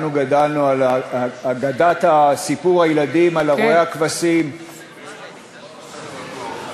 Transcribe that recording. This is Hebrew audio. גם הארכה בחמש שנים, גם הכללת